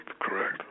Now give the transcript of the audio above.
Correct